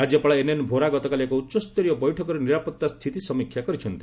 ରାଜ୍ୟପାଳ ଏନ୍ଏନ୍ ଭୋରା ଗତକାଲି ଏକ ଉଚ୍ଚସ୍ତରୀୟ ବୈଠକରେ ନିରାପତ୍ତା ସ୍ଥିତି ସମୀକ୍ଷା କରିଛନ୍ତି